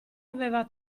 aveva